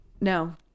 No